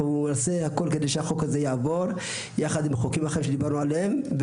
אנחנו נעשה הכול כדי שהחוק הזה יעבור יחד עם חוקים אחרים שדיברנו עליהם,